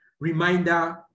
reminder